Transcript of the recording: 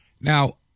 Now